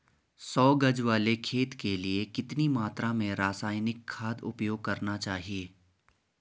सौ गज वाले खेत के लिए कितनी मात्रा में रासायनिक खाद उपयोग करना चाहिए?